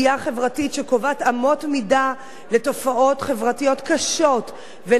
מידה לתופעות חברתיות קשות ולגזענות שלוחת רסן,